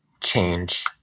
change